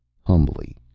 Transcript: Humbly